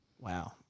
Wow